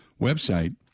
website